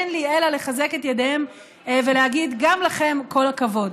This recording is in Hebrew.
אין לי אלא לחזק את ידיהם ולהגיד גם לכם: כל הכבוד.